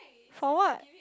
for what